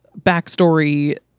backstory